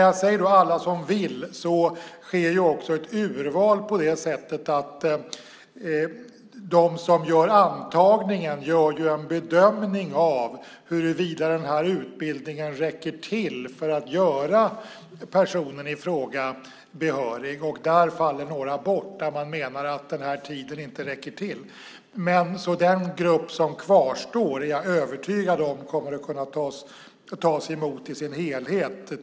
Jag säger "alla som vill", men det sker också ett urval på det sättet att de som gör antagningen gör en bedömning av huruvida utbildningen räcker till för att göra personen i fråga behörig. Där faller några bort då man menar att tiden inte räcker till. Men jag är övertygad om att den grupp som kvarstår kommer att kunna tas emot i sin helhet.